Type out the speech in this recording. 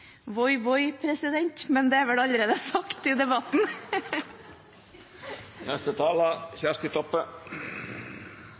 voi» – men det er vel allerede sagt i debatten.